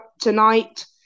tonight